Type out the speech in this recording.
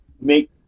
make